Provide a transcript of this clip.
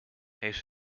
heeft